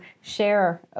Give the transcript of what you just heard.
share